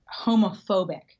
homophobic